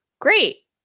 great